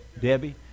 Debbie